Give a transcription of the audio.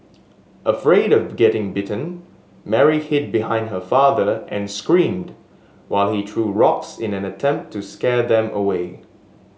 afraid of getting bitten Mary hid behind her father and screamed while he threw rocks in an attempt to scare them away